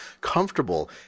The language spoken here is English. comfortable